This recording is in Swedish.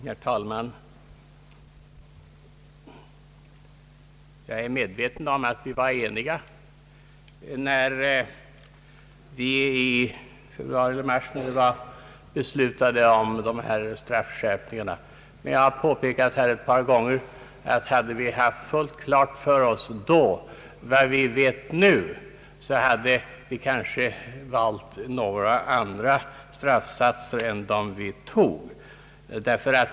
Herr talman! Jag är medveten om att vi var eniga när vi i februari eller mars beslutade om straffskärpningar, men jag har påpekat ett par gånger att om vi då hade fullt klart för oss vad vi vet nu, så hade vi nog valt andra straffsatser än dem vi bestämde oss för.